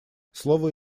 слово